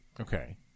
Okay